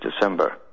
December